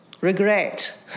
regret